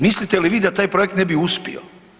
Mislite li vi da taj projekt ne bi uspio?